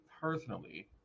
personally